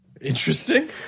Interesting